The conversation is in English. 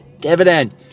dividend